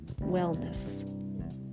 wellness